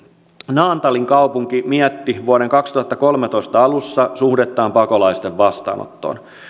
naantalin kaupunki mietti vuoden kaksituhattakolmetoista alussa suhdettaan pakolaisten vastaanottoon